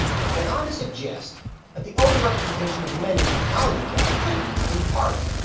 he went on to suggest that the overrepresentation of men in technology jobs could be, in-part,